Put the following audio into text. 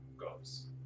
goes